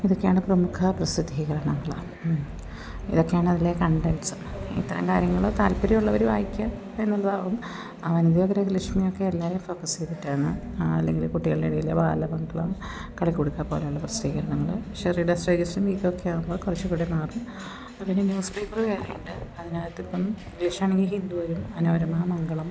ഇതൊക്കെയാണ് പ്രമുഖ പ്രസിദ്ധീകരണങ്ങൾ ഇതൊക്കെയാണ് അതിലെ കണ്ടൻസ് ഇത്തരം കാര്യങ്ങൾ താല്പര്യമുള്ളവർ വായിക്കുക എന്നുള്ളതാവും വനിതയും ഗൃഹലക്ഷ്മിയൊക്കെ എല്ലാവരെയും ഫോക്കസ് ചെയ്തിട്ടാണ് അല്ലെങ്കിൽ കുട്ടികളുടെ ഇടയിലെ ബാലമംഗളം കളികുടുക്ക പോലെയുള്ള പ്രസിദ്ധീകരങ്ങൾ പക്ഷേ റീഡേസ് ഡൈജസ്റ്റും വീക്കും ഒക്കെ ആവുമ്പം കുറച്ചുകൂടെ മാറും പിന്നെ ന്യൂസ് പേപ്പറ് വേറെ ഉണ്ട് അതിനകത്ത് ഇപ്പം ഇംഗ്ലീഷ് ആണെങ്കിൽ ഹിന്ദു വരും മനോരമ മംഗളം